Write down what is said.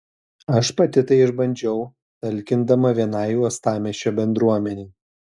aš pati tai išbandžiau talkindama vienai uostamiesčio bendruomenei